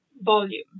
volume